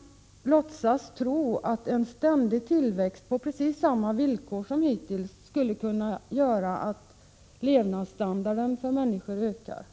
— låtsas tro att en ständig tillväxt på precis samma villkor som hittills skulle kunna göra att levnadsstandarden för människor ökade.